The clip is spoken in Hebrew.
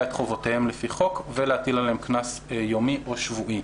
את חובותיהם לפי חוק ולהטיל עליהם קנס יומי או שבועי.